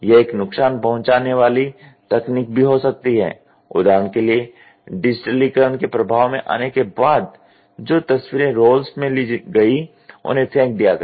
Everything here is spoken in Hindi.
यह एक नुकसान पहुँचाने वाली तकनीक भी हो सकती है उदाहरण के लिए डिजिटलीकरण के प्रभाव में आने के बाद जो तस्वीरें रोल्स में ली गईं उन्हें फेंक दिया गया